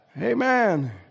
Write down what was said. Amen